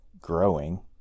growing